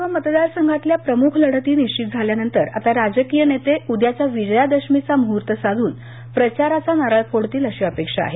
सर्व मतदार संघातल्या प्रमुख लढती निश्चित झाल्यानंतर आता राजकीय नेते उद्याच्या विजयादशमीचा मुहूर्त साधून प्रचाराचा नारळ फोडतील अशी अपेक्षा आहे